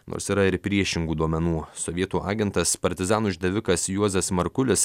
nors yra ir priešingų duomenų sovietų agentas partizanų išdavikas juozas markulis